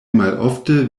malofte